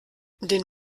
den